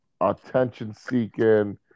attention-seeking